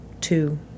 two